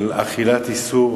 של אכילת איסור,